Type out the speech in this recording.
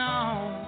on